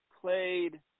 played